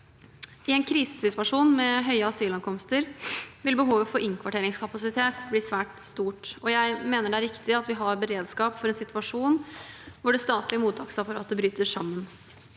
I en krisesituasjon med høye asylankomster vil behovet for innkvarteringskapasitet bli svært stort, og jeg mener det er riktig at vi har beredskap for en situasjon hvor det statlige mottaksapparatet bryter sammen.